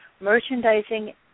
Merchandising